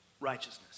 righteousness